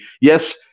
Yes